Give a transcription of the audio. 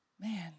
man